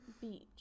Beach